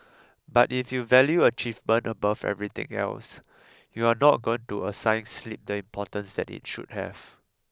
but if you value achievement above everything else you're not going to assign sleep the importance that it should have